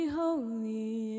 holy